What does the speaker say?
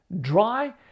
dry